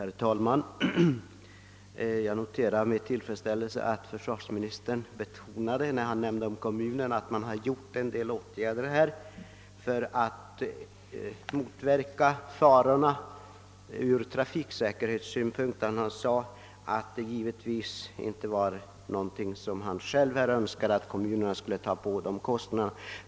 Herr talman! Jag noterar med tillfredsställelse att försvarsministern när han nämnde kommunerna betonade, att en del åtgärder har vidtagits för att motverka farorna ur trafiksäkerhetssynpunkt. Han sade emellertid att det givetvis inte var någonting som han själv önskade detta att kommunerna skulle ta på sig dessa kostnader.